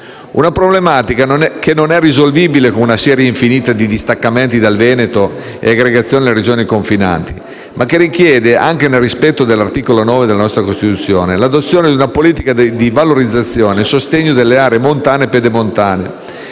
Una problematica che non è risolvibile con una serie infinita di distaccamenti dal Veneto e aggregazioni alle Regioni confinanti, ma che richiede, anche nel rispetto dell'articolo 9 della nostra Costituzione, l'adozione di una politica di valorizzazione e sostegno alle aree montane e pedemontane